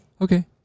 Okay